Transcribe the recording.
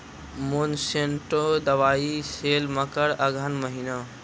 Monsanto दवाई sale मकर अघन महीना,